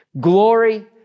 glory